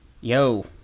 Yo